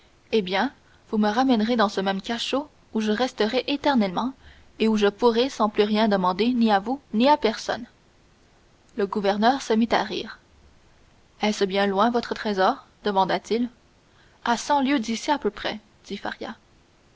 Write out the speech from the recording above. eh bien vous me ramènerez dans ce même cachot où je resterai éternellement et où je mourrai sans plus rien demander ni à vous ni à personne le gouverneur se mit à rire est-ce bien loin votre trésor demanda-t-il à cent lieues d'ici à peu près dit